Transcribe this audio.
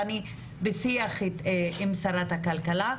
ואני בשיח עם שרת הכלכלה,